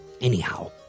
anyhow